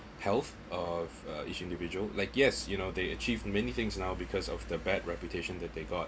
health of each individual like yes you know they achieved many things now because of the bad reputation that they got